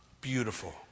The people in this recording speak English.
beautiful